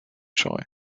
joy